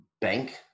bank